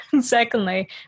secondly